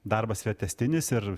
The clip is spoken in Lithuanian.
darbas yra tęstinis ir